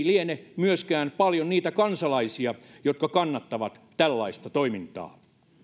liene myöskään paljon niitä kansalaisia jotka kannattavat tällaista toimintaa